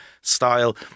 style